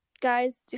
guys